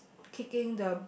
kicking the